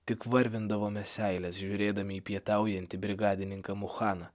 tik varvindavome seilę žiūrėdami į pietaujantį brigadininką muchaną